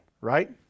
right